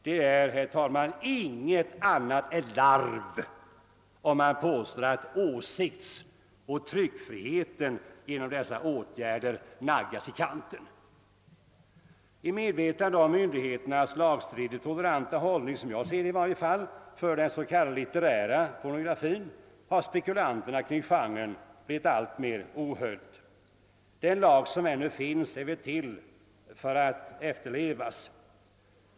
Det är, herr talman, inget annat än larv att påstå att åsiktsoch tryckfriheten skulle naggas i kanten genom justitieministerns åtgärder. I medvetande om, som jag ser det, myndigheternas lagstridigt toleranta hållning gentemot den s.k. litterära pornografin har spekulationerna kring genren blivit alltmer ohöljda. Den lag som ännu finns är väl till för att efterlevas.